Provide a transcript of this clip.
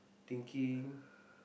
thinking